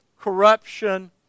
corruption